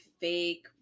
fake